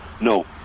No